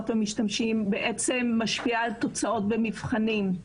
או משתמשים בעצם משפיעה על תוצאות במבחנים,